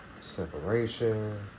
Separation